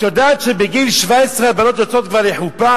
את יודעת שבגיל 17 הבנות יוצאות כבר לחופה?